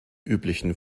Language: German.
üblichen